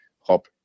hop